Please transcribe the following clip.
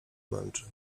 męczy